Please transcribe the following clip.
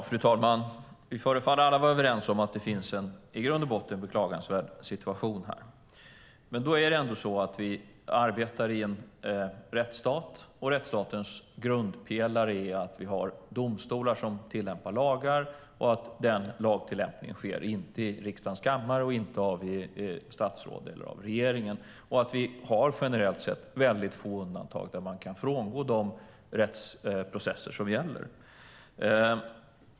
Fru talman! Vi förefaller alla vara överens om att det i grund och botten finns en beklagansvärd situation här. Men vi arbetar i en rättsstat, och rättsstatens grundpelare är att vi har domstolar som tillämpar lagar och att den lagtillämpningen inte sker i riksdagens kammare och inte av statsråd eller av regeringen. Och vi har generellt sett väldigt få undantag där man kan frångå de rättsprocesser som gäller.